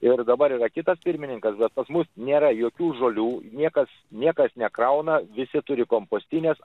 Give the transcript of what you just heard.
ir dabar yra kitas pirmininkas bet pas mus nėra jokių žolių niekas niekas nekrauna visi turi kompostines